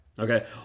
Okay